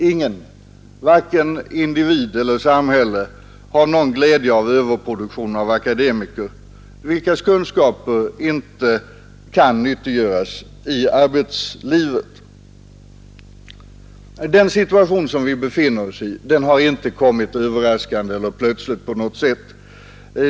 Ingen — varken individ eller samhälle — har någon glädje av överproduktion av akademiker vilkas kunskaper inte kan nyttiggöras i arbetslivet. Den situation som vi befinner oss i har inte kommit överraskande eller plötsligt på något sätt.